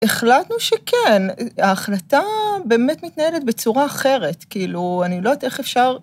החלטנו שכן, ההחלטה באמת מתנהלת בצורה אחרת, כאילו, אני לא יודעת איך אפשר...